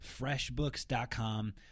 Freshbooks.com